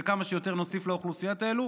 וכמה שיותר נוסיף לאוכלוסיות האלה